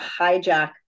hijack